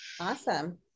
Awesome